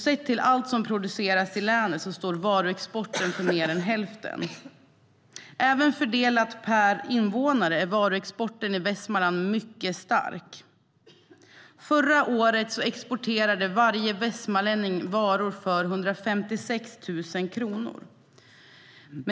Sett till allt som produceras i länet står varuexporten för mer än hälften. Även fördelat per invånare är varuexporten i Västmanland mycket stark. Förra året exporterade varje västmanlänning varor för 156 000 kronor.